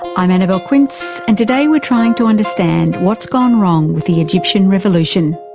i'm annabelle quince and today we're trying to understand what's gone wrong with the egyptian revolution.